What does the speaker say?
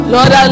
Lord